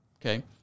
okay